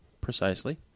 Precisely